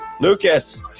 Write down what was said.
Lucas